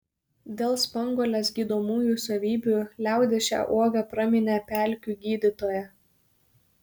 dėl spanguolės gydomųjų savybių liaudis šią uogą praminė pelkių gydytoja